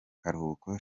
karuhuko